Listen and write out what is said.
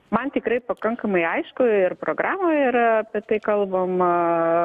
man tikrai pakankamai aišku ir programoj yra apie tai kalbama